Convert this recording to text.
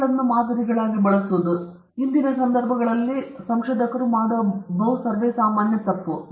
ಪ್ರಾಣಿಗಳನ್ನು ಮಾದರಿಗಳಾಗಿ ಬಳಸುವುದು ಇಂದಿನ ಸಂದರ್ಭಗಳಲ್ಲಿ ಸಂಶೋಧಕರು ಪ್ರಾಣಿಗಳನ್ನು ಬಳಸುತ್ತಾರೆ